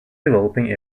developing